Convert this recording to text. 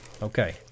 Okay